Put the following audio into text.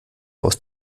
aus